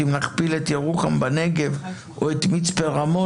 אם נכפיל את ירוחם בנגב או את מצפה רמון,